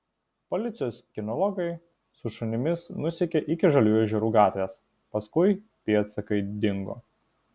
policijos kinologai su šunimis nusekė iki žaliųjų ežerų gatvės paskui pėdsakai dingo